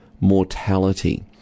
mortality